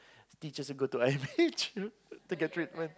teachers to go I_M_H you know to get treatment